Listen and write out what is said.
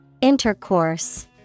intercourse